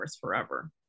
forever